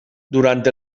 durant